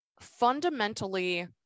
fundamentally